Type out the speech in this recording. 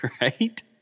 right